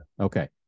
Okay